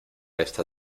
esta